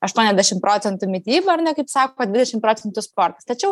aštuoniasdešim procentų mityba ar ne kaip sako dvidešim procentų sportas tačiau